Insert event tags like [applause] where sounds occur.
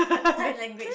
[laughs] sign language